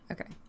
Okay